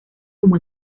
como